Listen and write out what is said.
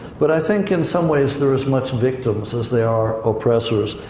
but i think, in some ways, they're as much victims as they are oppressors.